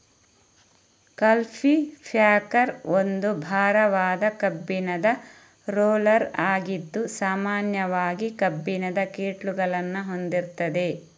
culti packer ಒಂದು ಭಾರವಾದ ಕಬ್ಬಿಣದ ರೋಲರ್ ಆಗಿದ್ದು ಸಾಮಾನ್ಯವಾಗಿ ಕಬ್ಬಿಣದ ಕ್ಲೀಟುಗಳನ್ನ ಹೊಂದಿರ್ತದೆ